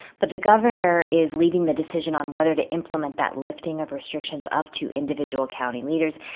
but the governor is leaving the decision on whether to implement that lifting of restrictions up to individual county leaders.